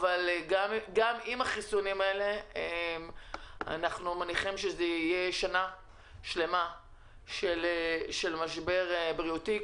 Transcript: אך למרות החיסונים האלה ההנחה שלנו היא שתהיה עוד שנה של משבר בריאותי,